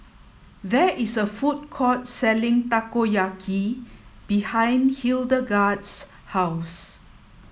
there is a food court selling Takoyaki behind Hildegarde's house